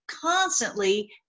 constantly